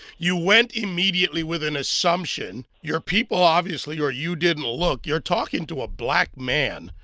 you went immediately with an assumption. your people obviously, or you didn't look. you're talking to a black man.